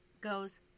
goes